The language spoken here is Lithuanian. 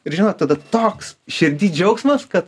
ir žinot tada toks širdy džiaugsmas kad